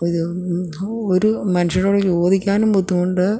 ഹോ ഒരു മനുഷ്യരോട് ചോദിക്കാനും ബുദ്ധിമുട്ട്